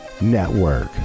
Network